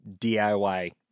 DIY